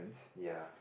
ya